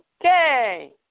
Okay